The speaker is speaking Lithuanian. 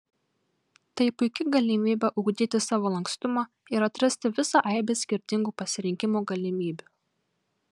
tai puiki galimybė ugdyti savo lankstumą ir atrasti visą aibę skirtingų pasirinkimų galimybių